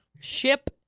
Ship